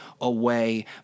away